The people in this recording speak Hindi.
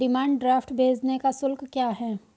डिमांड ड्राफ्ट भेजने का शुल्क क्या है?